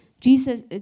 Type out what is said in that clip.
Jesus